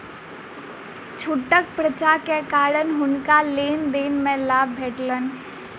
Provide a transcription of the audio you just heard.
छूटक पर्चा के कारण हुनका लेन देन में लाभ भेटलैन